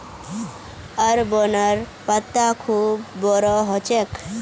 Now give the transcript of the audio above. अरबोंर पत्ता खूब बोरो ह छेक